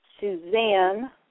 Suzanne